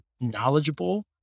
knowledgeable